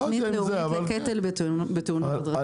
הקרן הלאומית לקטל בתאונות הדרכים.